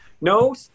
no